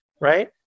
right